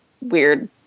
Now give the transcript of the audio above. weird